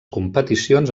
competicions